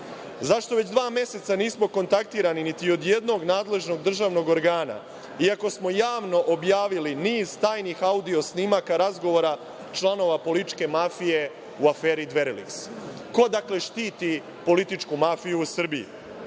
nema? Zašto već dva meseca nismo kontaktirani niti od jednog nadležnog državnog organa, iako smo javno objavili niz tajnih audio-snimaka razgovora članova političke mafije u aferi „Dveriliks“? Ko štiti političku mafiju u Srbiji? Da